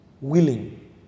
willing